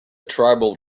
tribal